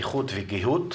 לבטיחות וגהות.